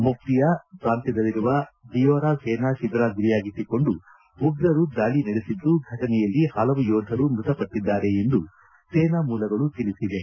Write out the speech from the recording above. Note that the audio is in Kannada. ಮೊಪ್ತಿಯ ಪ್ರಾಂತ್ಲದಲ್ಲಿರುವ ಡಿಯೋರಾ ಸೇನಾ ತಿಬಿರ ಗುರಿಯಾಗಿಸಿಕೊಂಡು ಉಗ್ರರು ದಾಳಿ ನಡೆಸಿದ್ದು ಫಟನೆಯಲ್ಲಿ ಹಲವು ಯೋಧರು ಮೃತಪಟ್ಟಿದ್ದಾರೆ ಎಂದು ಸೇನಾ ಮೂಲಗಳು ತಿಳಿಸಿವೆ